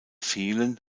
fehlen